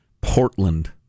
Portland